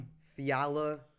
fiala